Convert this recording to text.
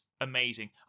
amazing